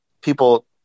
people